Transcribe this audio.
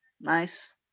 Nice